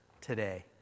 today